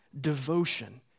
devotion